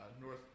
North